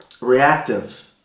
reactive